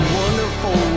wonderful